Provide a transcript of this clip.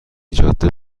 جاده